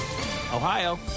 Ohio